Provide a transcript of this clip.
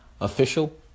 Official